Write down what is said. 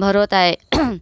भरवत आहे